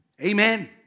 Amen